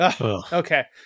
Okay